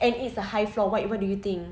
and it's a high floor what what do you think